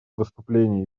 выступлений